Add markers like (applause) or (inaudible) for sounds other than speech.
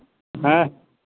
ᱦᱮᱸ (unintelligible)